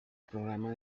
programa